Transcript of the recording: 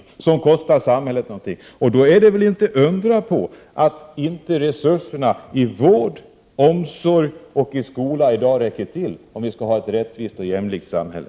Detta kostar samhället pengar. Då är det väl inte att undra på att resurserna inom vård, omsorg och skola inte räcker till, om vi skall ha ett rättvist och jämlikt samhälle.